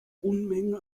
unmengen